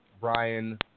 Brian